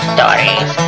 Stories